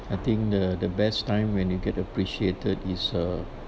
I think uh the best time when you get appreciated is uh